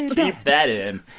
and keep that in.